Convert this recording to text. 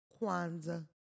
Kwanzaa